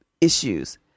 issues